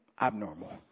abnormal